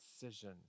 decision